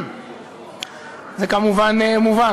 זה כמובן מובן.